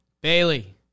Bailey